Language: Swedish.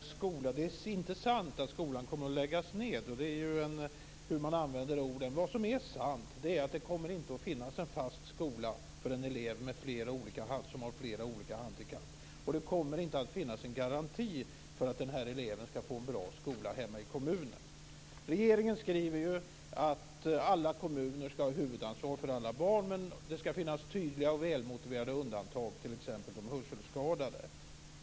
Fru talman! Skolministern sade att det inte är sant att skolan kommer att läggas ned. Det är fråga om hur man använder orden. Vad som är sant är att det inte kommer att finnas en fast skola för en elev som har flera olika handikapp, och det kommer inte att finnas en garanti för att den eleven får en bra skola hemma i kommunen. Regeringen skriver att alla kommuner ska ha huvudansvaret för alla barn. Det ska finnas tydliga och välmotiverade undantag, t.ex. för de hörselskadade.